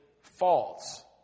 false